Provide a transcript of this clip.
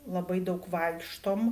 labai daug vaikštom